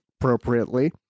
appropriately